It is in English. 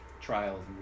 Trials